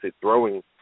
throwing